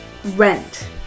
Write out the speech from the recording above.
Rent